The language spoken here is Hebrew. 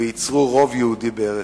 וייצרו רוב יהודי בארץ-ישראל.